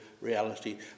reality